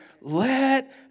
Let